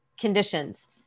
conditions